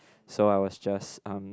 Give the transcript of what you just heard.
so I was just um